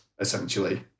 essentially